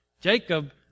Jacob